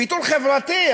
ויתור חברתי?